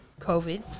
COVID